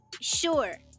sure